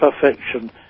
perfection